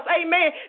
amen